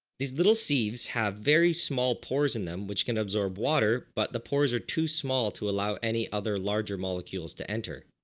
these little sieves have very small pores in them which can absorb water but the pores are too small to allow any other larger molecules to enter.